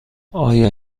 آیا